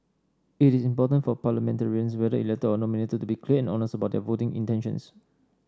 it is important for parliamentarians whether elected or nominated to be clear and honest about their voting intentions